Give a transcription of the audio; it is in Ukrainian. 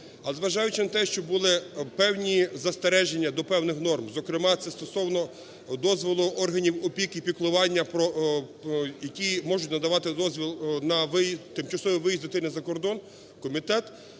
зважаючи на те, що були певні застереження до певних норм, зокрема, це стосовно дозволу органів опіки і піклування, які можуть надавати дозвіл на тимчасовий виїзд дитини за кордон, комітет